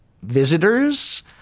visitors